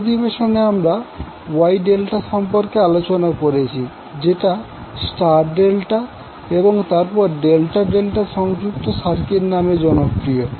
এই অধিবেশনে আমরা ওয়াই ডেল্টা সম্পর্কে আলোচনা করেছি যেটা স্টার ডেল্টা এবং তারপর ডেল্টা ডেল্টা সংযুক্ত সার্কিট নামে জনপ্রিয়